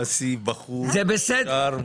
אסי הוא בחור נהדר,